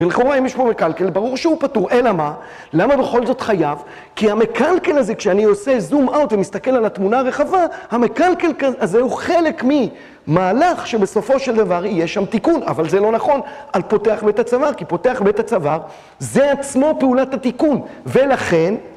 ברור שהוא פטור, אלא מה? למה בכל זאת חייב? כי המקלקל הזה, כשאני עושה זום אאוט ומסתכל על התמונה הרחבה המקלקל הזה הוא חלק ממהלך שבסופו של דבר יהיה שם תיקון אבל זה לא נכון על פותח בית הצוואר כי פותח בית הצוואר זה עצמו פעולת התיקון ולכן